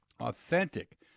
authentic